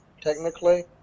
technically